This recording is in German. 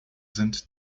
sind